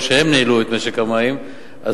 כמו שהם ניהלו את משק המים בעריהם,